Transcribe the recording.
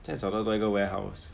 现在找到多一个 warehouse